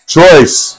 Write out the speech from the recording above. Choice